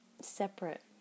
separate